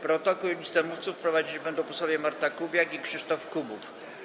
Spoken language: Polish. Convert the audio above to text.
Protokół i listę mówców prowadzić będą posłowie Marta Kubiak i Krzysztof Kubów.